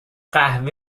قهوه